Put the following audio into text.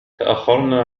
تأخرنا